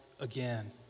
again